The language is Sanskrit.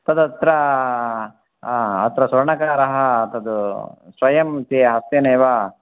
तदत्र स्वर्णकारः तद् स्वयं ते हस्तेनैव